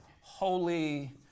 holy